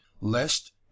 lest